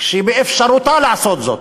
כשבאפשרותה לעשות זאת?